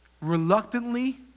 Reluctantly